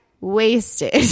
wasted